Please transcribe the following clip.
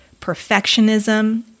perfectionism